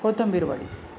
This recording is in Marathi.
कोथिंबीर वडी